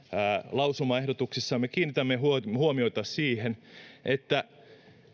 lausumaehdotuksissa me kiinnitämme huomiota siihen että